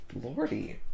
Lordy